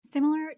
Similar